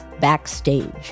Backstage